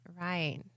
Right